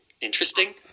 interesting